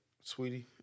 Sweetie